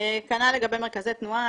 כנ"ל לגבי מרכזי תנועה.